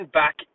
back